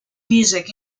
music